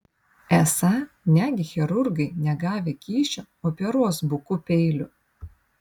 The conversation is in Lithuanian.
esą negi chirurgai negavę kyšio operuos buku peiliu